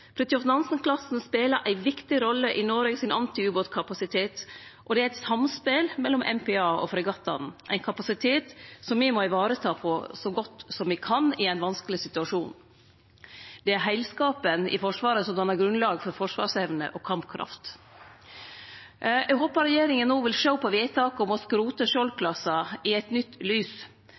ei viktig rolle i norsk antiubåtkapasitet, og det er eit samspel mellom MPA og fregattane – ein kapasitet som me må vareta så godt me kan i ein vanskeleg situasjon. Det er heilskapen i Forsvaret som dannar grunnlag for forsvarsevne og kampkraft. Eg håpar regjeringa no vil sjå på vedtaket om å skrote Skjold-klassa i eit nytt lys.